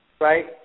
Right